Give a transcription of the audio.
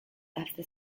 after